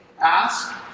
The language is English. Ask